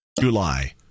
July